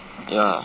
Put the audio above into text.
ya